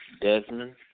Desmond